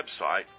website